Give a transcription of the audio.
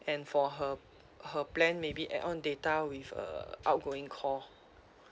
and for her her plan maybe add on data with uh outgoing call